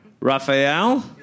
Raphael